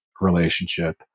relationship